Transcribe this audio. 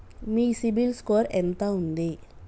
మీ CIBIL score ఎంత ఉంది?